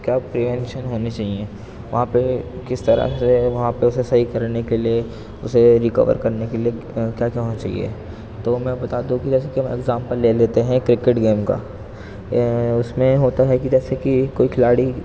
comprehension ہونی چاہییں وہاں پہ کس طرح سے وہاں پہ اسے صحیح کرنے کے لیے اسے ریکور کرنے کے لیے کیا کیا ہونا چاہیے تو میں بتا دوں کہ جیسے کہ میں ایگزامپل لے لیتے ہیں کرکٹ گیم کا اس میں ہوتا ہے کہ جیسے کہ کوئی کھلاڑی